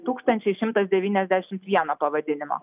tūkstančiai šimtas devyniasdešim vieną pavadinimą